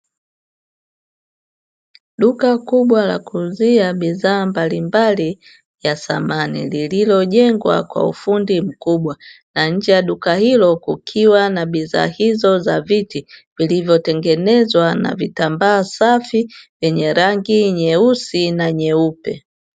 Duka kubwa la kuuzia bidhaa mbalimbali za samani lililojengwa kwa ufundi mkubwa, na nje ya duka hilo kukiwa na bidhaa hizo za viti vilivyotengenezwa na vitambaa safi vyenye rangi nyeusi na nyeupe.